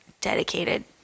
dedicated